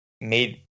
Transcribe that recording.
made